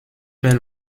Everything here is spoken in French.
fait